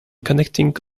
connecting